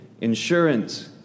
insurance